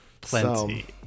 plenty